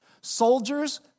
Soldiers